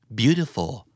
beautiful